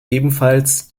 ebenfalls